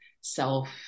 self